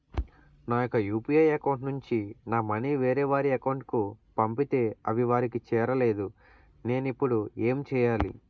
నా యెక్క UPI account నుంచి నా మనీ వేరే వారి అకౌంట్ కు పంపితే అవి వారికి చేరలేదు నేను ఇప్పుడు ఎమ్ చేయాలి?